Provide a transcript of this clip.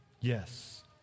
Yes